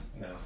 no